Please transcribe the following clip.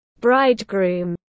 bridegroom